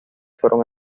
fueron